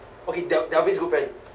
okay del~ delvin's good friend